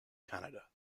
canada